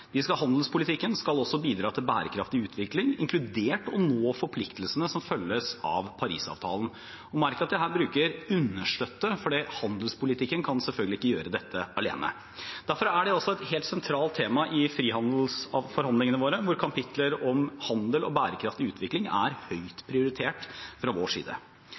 Handelspolitikken skal også bidra til bærekraftig utvikling, inkludert å nå forpliktelsene som følger av Parisavtalen. Merk at jeg her sier «understøtte» fordi handelspolitikken selvfølgelig ikke kan gjøre dette alene. Derfor er det også et helt sentralt tema i frihandelsavtaleforhandlingene våre, der kapitler om handel og bærekraftig utvikling er høyt prioritert fra vår side.